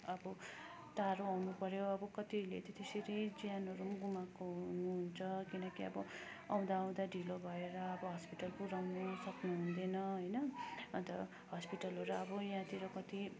अब टाढो आउनुपर्यो अब कतिले त त्यसरी ज्यानहरू पनि गुमाएको हुनुहुन्छ किनकि अब आउँदा आउँदा ढिलो भएर अब हस्पिटल पुर्याउनु सक्नुहुँदैन होइन अन्त हस्पिटलहरू अब यहाँतिर कति